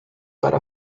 para